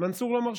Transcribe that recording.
מנסור לא מרשה.